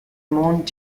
mount